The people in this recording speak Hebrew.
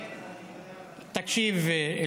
תקשיב,